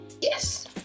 Yes